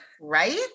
Right